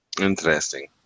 Interesting